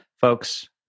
folks